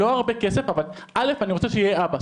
לא הרבה כסף, אבל אני רוצה שיהיה אבא.